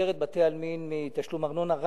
שפוטרת בתי-עלמין מתשלום ארנונה,